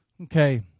okay